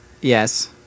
Yes